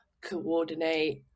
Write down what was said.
coordinate